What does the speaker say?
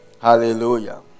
Hallelujah